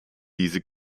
diese